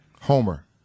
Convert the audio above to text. Homer